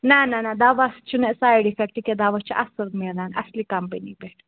نہ نہ دَوا چھُ نہٕ سایڈ اِفیکٹ کینٛہہ دوا چھُ اَصل ملان اَصلی کَمپٔنی پٮ۪ٹھ